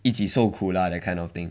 一起受苦 lah that kind of thing